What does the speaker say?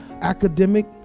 academic